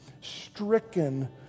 stricken